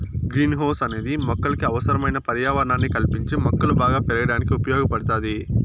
green house అనేది మొక్కలకు అవసరమైన పర్యావరణాన్ని కల్పించి మొక్కలు బాగా పెరగడానికి ఉపయోగ పడుతాది